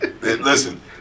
Listen